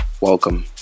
Welcome